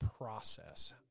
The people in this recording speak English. process